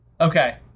Okay